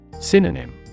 Synonym